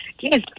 Yes